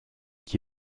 qui